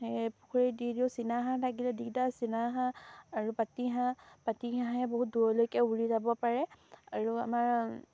সেই পুখুৰীত দি দিওঁ চীনাহাঁহ থাকিলে দি দিওঁ চীনাহাঁহ আৰু পাতিহাঁহ পাতিহাঁহে বহুত দূৰলৈকে উৰি যাব পাৰে আৰু আমাৰ